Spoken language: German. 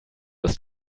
ist